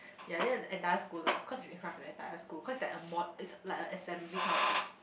ya then the entire school laugh cause it's in front of the entire school cause it's like a mod is like a assembly kind of thing